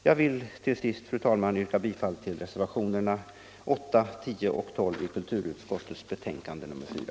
Jag vill till sist, fru talman, yrka bifall till reservationerna 8, 10 och 12 vid kulturutskottets betänkande nr 4.